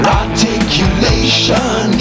articulation